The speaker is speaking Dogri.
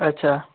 अच्छा